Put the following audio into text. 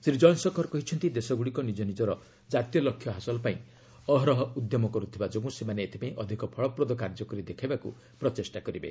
ଶ୍ରୀ ଜୟଶଙ୍କର କହିଛନ୍ତି ଦେଶଗୁଡ଼ିକ ନିଜନିଜର ଜାତୀୟ ଲକ୍ଷ୍ୟ ହାସଲ ପାଇଁ ଅହରହ ଉଦ୍ୟମ କରୁଥିବା ଯୋଗୁଁ ସେମାନେ ଏଥିପାଇଁ ଅଧିକ ଫଳପ୍ରଦ କାର୍ଯ୍ୟ କରି ଦେଖାଇବାକୁ ପ୍ରଚେଷ୍ଟା କରିବେ